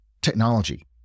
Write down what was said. technology